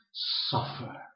suffer